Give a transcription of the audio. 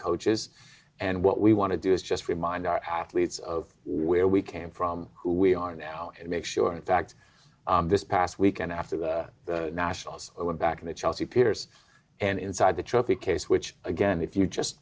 coaches and what we want to do is just remind our athletes of where we came from who we are now and make sure in fact this past weekend after the nationals were back in the chelsea piers and inside the trophy case which again if you just